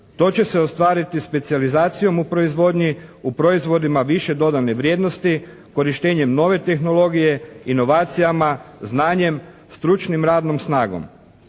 To će se ostvariti specijalizacijom u proizvodnji, u proizvodima više dodane vrijednosti korištenjem nove tehnologije, inovacijama, znanjem, stručnom radnom snagom.